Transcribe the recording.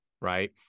right